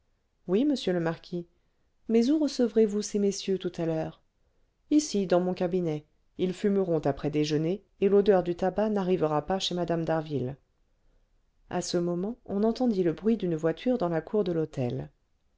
oui monsieur le marquis mais où recevrez vous ces messieurs tout à l'heure ici dans mon cabinet ils fumeront après déjeuner et l'odeur du tabac n'arrivera pas chez mme d'harville à ce moment on entendit le bruit d'une voiture dans la cour de l'hôtel